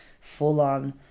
full-on